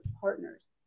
partners